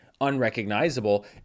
unrecognizable